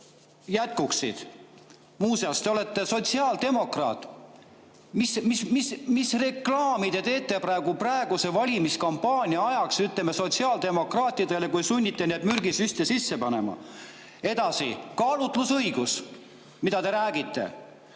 jätkuksid. Muuseas, te olete sotsiaaldemokraat. Mis reklaami te teete praegu valimiskampaania ajaks sotsiaaldemokraatidele, kui te sunnite neid mürgisüste tegema? Edasi. Kaalutlusõigus – mida te räägite?